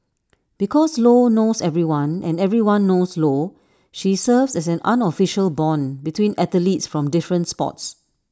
because lo knows everyone and everyone knows lo she serves as an unofficial Bond between athletes from different sports